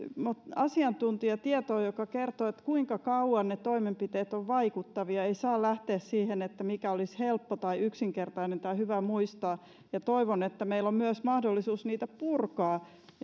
asiantuntijatietoon joka kertoo kuinka kauan ne toimenpiteet ovat vaikuttavia ei saa lähteä siihen mikä olisi helppo tai yksinkertainen tai hyvä muistaa toivon että meillä on myös mahdollisuus niitä purkaa